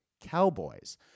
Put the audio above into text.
cowboys